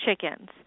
chickens